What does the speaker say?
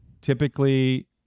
typically